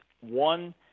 One